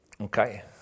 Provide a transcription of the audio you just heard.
Okay